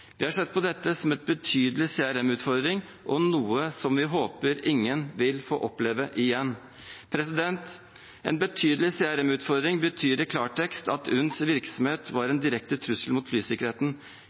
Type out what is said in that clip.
Vi har sett på dette som en betydelig CRM-utfordring og noe som vi håper ingen vil få oppleve igjen. «En betydelig CRM-utfordring» betyr i klartekst at UNNs virksomhet var en